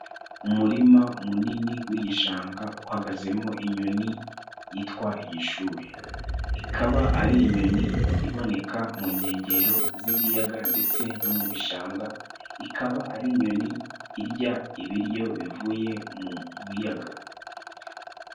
Umurima munini w'igishanga uhagazemo inyoni yitwa igishuhe. Ikaba ari inyoni iboneka mu nkengero z'ibiyaga ndetse no mu bishanga, ikaba ari inyoni irya ibiryo bivuye mu mubiyaga.